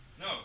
No